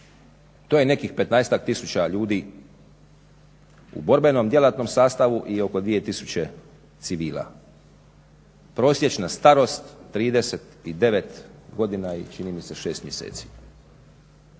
To je nekih 15-tak tisuća ljudi u borbenom, djelatnom sastavu i oko 2000 civila. Prosječna starost 39 godina i čini mi se 6 mjeseci